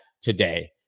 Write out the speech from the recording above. today